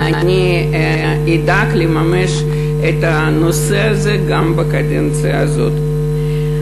אני אדאג לממש את הנושא הזה גם בקדנציה הזאת.